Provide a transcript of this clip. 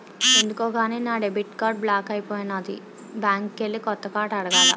ఎందుకో గాని నా డెబిట్ కార్డు బ్లాక్ అయిపోనాది బ్యాంకికెల్లి కొత్త కార్డు అడగాల